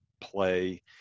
play